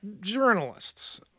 journalists